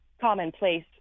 commonplace